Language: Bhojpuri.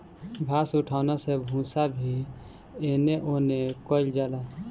घास उठौना से भूसा भी एने ओने कइल जाला